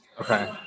Okay